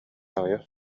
аҕыйах